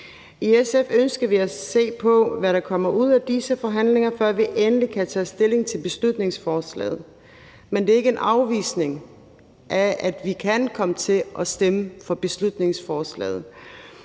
I SF ønsker vi at se på, hvad der kommer ud af disse forhandlinger, før vi kan tage endelig stilling til beslutningsforslaget. Men det er ikke en afvisning, og vi kan komme til at stemme for beslutningsforslaget.